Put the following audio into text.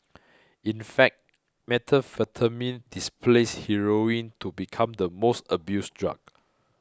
in fact methamphetamine displaced heroin to become the most abused drug